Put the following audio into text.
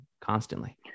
constantly